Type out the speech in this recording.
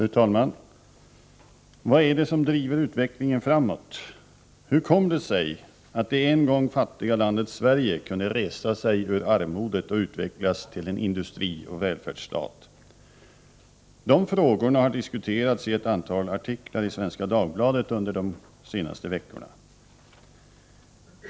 Fru talman! Vad är det som driver utvecklingen framåt? Hur kom det sig att det en gång fattiga landet Sverige kunde resa sig ur armodet och utvecklas till en industrioch välfärdsstat? Dessa frågor har diskuterats i ett antal artiklar i Svenska Dagbladet under de senaste veckorna.